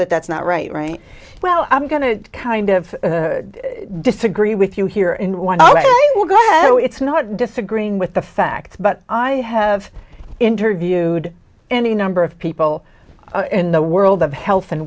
that that's not right right well i'm going to kind of disagree with you here and one i know it's not disagreeing with the facts but i have interviewed any number of people in the world of health and